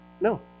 No